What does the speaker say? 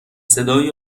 صدای